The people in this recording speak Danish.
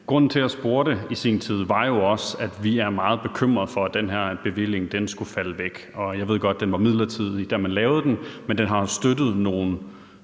Grunden til, at jeg i sin tid spurgte, var også, at vi var meget bekymret for, at den her bevilling skulle falde væk. Jeg ved godt, at den var midlertidig, da man lavede den, men den har jo støttet nogle